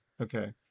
Okay